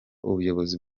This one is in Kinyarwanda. ubuyobozi